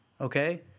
Okay